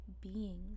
beings